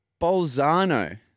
Bolzano